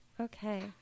Okay